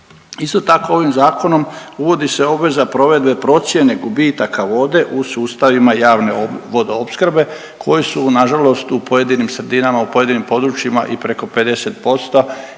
Isto tako ovim zakonom uvodi se obveza provedbe procjene gubitaka vode u sustavima javne vodoopskrbe koji su nažalost u pojedinim sredinama, u pojedinim područjima i preko 50% i zaista